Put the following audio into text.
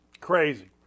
Crazy